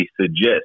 suggest